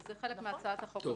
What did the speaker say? זה חלק מהצעת החוק הממשלתית.